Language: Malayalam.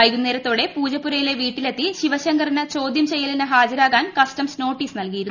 വൈകുന്നേരത്തോടെ പൂജപ്പുരയിലെ വീട്ടിലെത്തി ശിവശങ്കറിന് ചോദ്യം ചെയ്യലിന് ഹാജരാകാൻ കസ്റ്റംസ് നോട്ടീസ് നൽകിയിരുന്നു